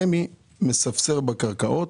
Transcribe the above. רמ"י מספסר בקרקעות,